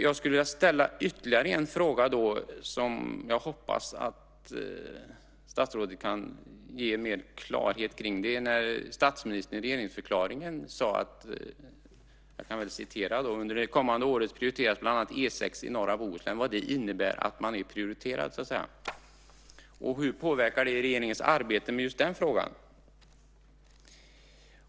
Jag skulle vilja ställa ytterligare en fråga som jag hoppas att statsrådet kan skapa klarhet kring. I regeringsförklaringen sade statsministern att under det kommande året prioriteras bland annat E 6 norra Bohuslän. Vad innebär det att man är prioriterad, så att säga, och hur påverkar det regeringens arbete med just den frågan?